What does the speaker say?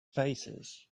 faces